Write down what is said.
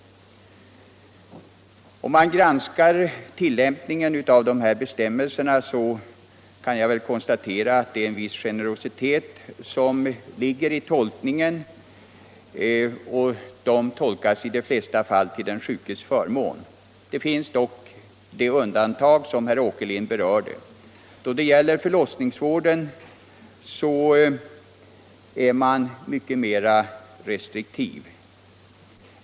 Granskar man tillämpningen av de här bestämmelserna kan man konstatera att det ligger en viss generositet i dem — och de tolkas i de flesta fall till den sjukes förmån. Det finns dock ett undantag — det som herr Åkerlind berörde. Då det gäller förlossningsvården är man mycket mer restriktiv.